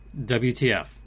WTF